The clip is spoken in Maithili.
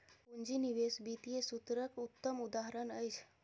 पूंजी निवेश वित्तीय सूत्रक उत्तम उदहारण अछि